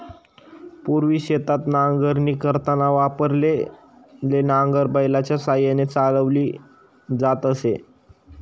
पूर्वी शेतात नांगरणी करताना वापरलेले नांगर बैलाच्या साहाय्याने चालवली जात असे